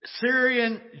Syrian